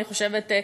אני חושבת,